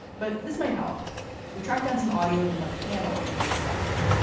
but this might help we track down some audio from a panel of years back.